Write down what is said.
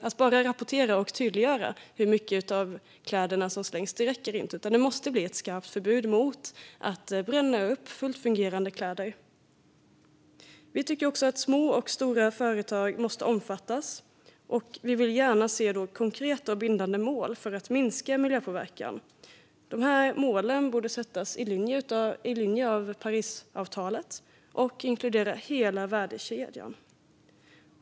Att bara rapportera och tydliggöra hur mycket av kläderna som slängs räcker inte, utan det måste bli ett skarpt förbud mot att bränna upp fullt fungerande kläder. Vi tycker också att både små och stora företag måste omfattas. Vi vill gärna se konkreta och bindande mål för att minska miljöpåverkan. Dessa mål borde sättas i linje med Parisavtalet och inkludera hela värdekedjan.